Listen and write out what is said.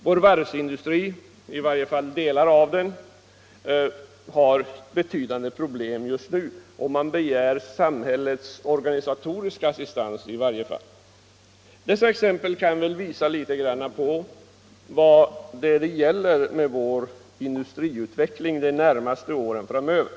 Vår varvsindustri, åtminstone delar av den, har betydande problem just nu, och man begär samhällets organisatoriska assistans i varje fall. Dessa exempel kan väl visa något litet vad som gäller för vår industriutveckling de närmaste åren framöver.